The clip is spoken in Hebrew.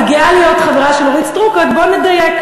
אני גאה להיות חברה של אורית סטרוק, רק בוא נדייק.